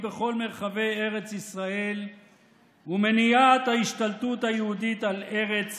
בכל מרחבי ארץ ישראל ומניעת ההשתלטות היהודית על ארץ